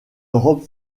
robe